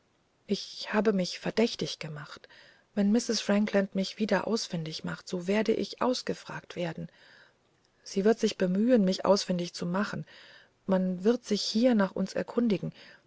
ich habe mich verdächtig gemacht wenn mistreß frankland mich wieder ausfindig macht so werde ich ausgefragt werden sie wird sich bemühen mich ausfindig zu machen man wird sich hier nach uns erkundigenwirmüssenallespurenverwischen